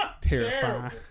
terrifying